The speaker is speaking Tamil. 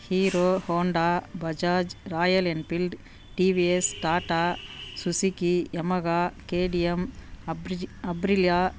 hero Honda Bajaj Royal Enfield TVS Tata Suzuki Yamaha KTM அப்ரிஜி அப்ரிலியா